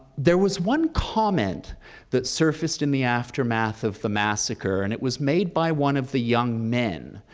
there was one comment that surfaced in the aftermath of the massacre, and it was made by one of the young men